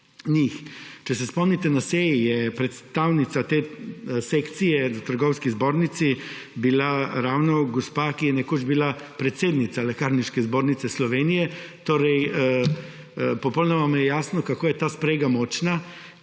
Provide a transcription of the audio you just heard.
Če se spomnite, na seji je bila predstavnica te sekcije Trgovinske zbornice ravno gospa, ki je bila nekoč predsednica Lekarniške zbornice Slovenije. Popolnoma nam je torej jasno, kako je ta sprega močna